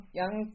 young